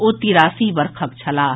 ओ तिरासी वर्षक छलाह